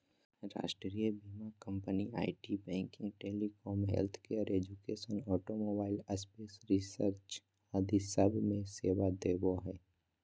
राष्ट्रीय बीमा company IT, banking, telecom, healthcare, education, automobile, space research आदि सब मे सेवा देवो हय